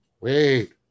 wait